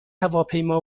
هواپیما